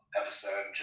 episode